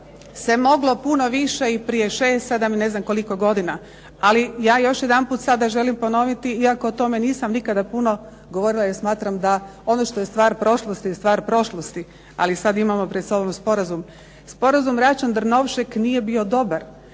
se moglo puno više i prije šest, sedam i ne znam koliko godina. Ali ja još jedanput sada želim ponoviti iako o tome nisam nikada puno govorila jer smatram da ono što je stvar prošlosti je stvar prošlosti. Ali sada imamo pred sobom sporazum. Sporazum Račan-Drnovšek nije bio dobar